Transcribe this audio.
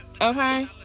Okay